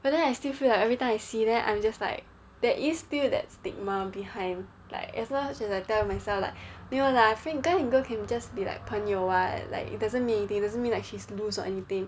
but then I still feel like everytime I see then I'm just like there is still that stigma behind like as much as you as I tell myself like 没有 lah guy and girl can just be like 朋友 [what] like it doesn't mean anything it doesn't mean like she's loose or anything